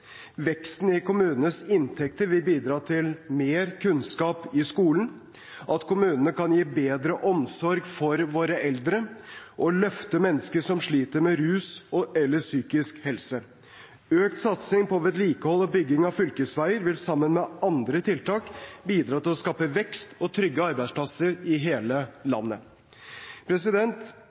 Veksten i kommunenes inntekter vil bidra til mer kunnskap i skolen og til at kommunene kan gi bedre omsorg for våre eldre og løfte mennesker som sliter med rus eller psykisk helse. Økt satsing på vedlikehold og bygging av fylkesveier vil sammen med andre tiltak bidra til å skape vekst og trygge arbeidsplasser i hele landet.